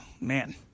man